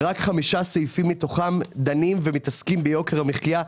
רק חמישה סעיפים מתוכם דנים ומתעסקים ביוקר המחיה.